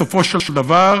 בסופו של דבר,